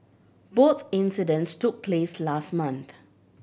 both incidents took place last month